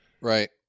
Right